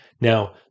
Now